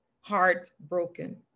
heartbroken